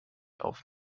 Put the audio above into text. auf